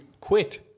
quit